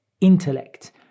intellect